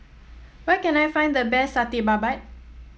where can I find the best Satay Babat